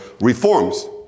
reforms